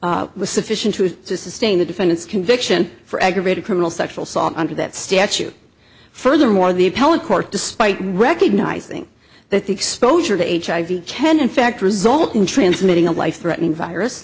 was sufficient to sustain the defendant's conviction for aggravated criminal sexual assault under that statute furthermore the appellate court despite recognizing that the exposure to hiv can in fact result in transmitting a life threatening virus